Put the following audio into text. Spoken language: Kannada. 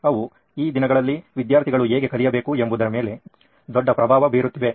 ಅವು ಈ ದಿನಗಳಲ್ಲಿ ವಿದ್ಯಾರ್ಥಿಗಳು ಹೇಗೆ ಕಲಿಯಬೇಕು ಎಂಬುದರ ಮೇಲೆ ದೊಡ್ಡ ಪ್ರಭಾವ ಬೀರುತ್ತಿವೆ